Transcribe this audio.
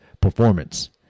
performance